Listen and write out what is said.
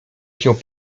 się